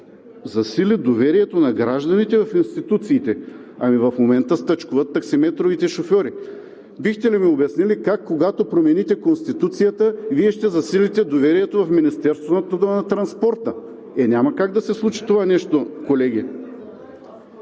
засили доверието на гражданите в институциите. Ами в момента стачкуват таксиметровите шофьори. Бихте ли ми обяснили как, когато промените Конституцията, Вие ще засилите доверието в Министерството на транспорта? Е няма как да се случи това нещо, колеги!